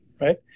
right